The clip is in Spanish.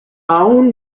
aún